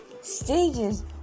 stages